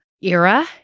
era